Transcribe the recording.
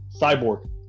Cyborg